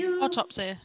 autopsy